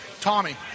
Tommy